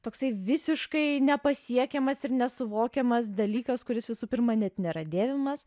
toksai visiškai nepasiekiamas ir nesuvokiamas dalykas kuris visų pirma net nėra dėvimas